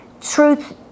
Truth